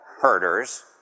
herders